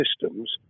systems